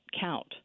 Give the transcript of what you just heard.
count